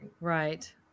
Right